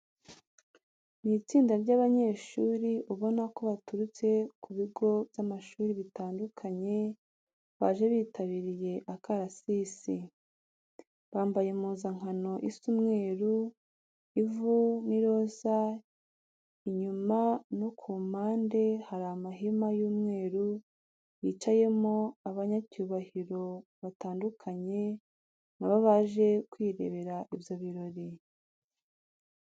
Ni itsinda ry'abanyeshuri ubona ko baturutse ku bigo by'amashuri bitandukanye, baje bitabiriye akarasisi. Bambaye impuzankano isa umweru, ivu n'iroza, inyuma no ku mpande hari amahema y'umweru yicayemo abanyacyubahiro batandukanye na bo baje kwirebera ibyo birori.